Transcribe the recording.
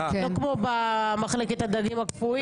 לא כמו במחלקת הדגים הקפואים,